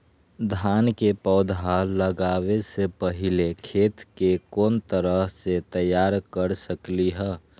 धान के पौधा लगाबे से पहिले खेत के कोन तरह से तैयार कर सकली ह?